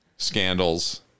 Scandals